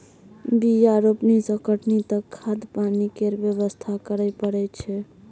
बीया रोपनी सँ कटनी तक खाद पानि केर बेवस्था करय परय छै